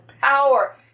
power